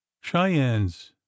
cheyennes